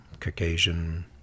Caucasian